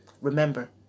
remember